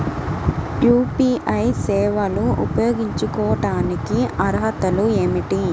UPI సేవలు ఉపయోగించుకోటానికి అర్హతలు ఏమిటీ?